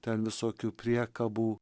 ten visokių priekabų